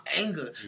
anger